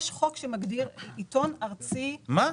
יש חוק שמגדיר עיתון ארצי -- מה?